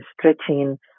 stretching